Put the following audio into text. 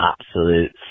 absolute